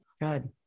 Good